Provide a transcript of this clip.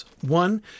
One